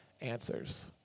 answers